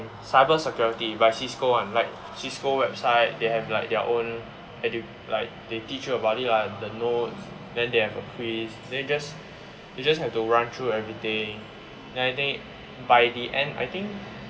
cyber security by Cisco [one] like Cisco website they have like their own edu~ like they teach you about it lah the notes then they have a quiz then you just you just have to run through everything then I think by the end I think